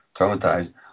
traumatized